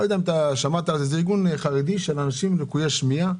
שזה ארגון חרדי לאנשים עם ליקויי שמיעה.